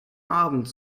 abend